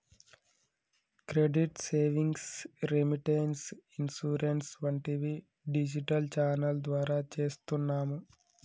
credit savings, remittance, insurance వంటివి digital channel ద్వారా చేస్తున్నాము